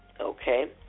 Okay